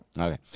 Okay